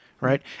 right